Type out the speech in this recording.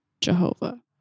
Jehovah